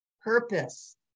purpose